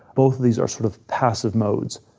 both of these are sort of passive modes.